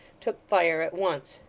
took fire at once.